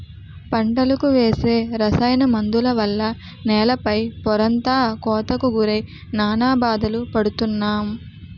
పంటలకు వేసే రసాయన మందుల వల్ల నేల పై పొరంతా కోతకు గురై నానా బాధలు పడుతున్నాం